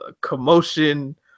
commotion